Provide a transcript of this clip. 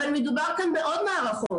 אבל מדובר כאן בעוד מערכות